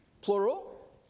Plural